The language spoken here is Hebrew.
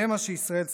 זה מה שישראל צריכה.